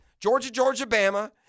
Georgia-Georgia-Bama